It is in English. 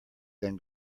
than